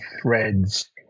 threads